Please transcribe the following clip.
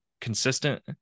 consistent